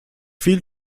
viel